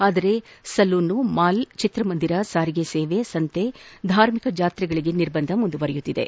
ಆದರೆ ಸಲೂನ್ಗಳು ಮಾಲ್ ಹಾಗೂ ಚಿತ್ರಮಂದಿರ ಸಾರಿಗೆ ಸೇವೆ ಸಂತೆ ಧಾರ್ಮಿಕ ಜಾತ್ರೆಗಳಿಗೆ ನಿರ್ಬಂಧ ಮುಂದುವರೆದಿದೆ